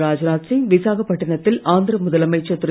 ராஜ்நாத் சிங் விசாகப்பட்டின த்தில் ஆந்திர முதலமைச்சர் திரு